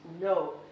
No